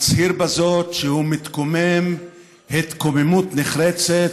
מצהיר בזאת שהוא מתקומם התקוממות נחרצת